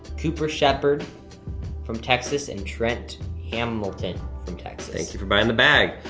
cooper shepard from texas, and trent hamilton from texas. thank you for buying the bag.